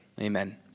Amen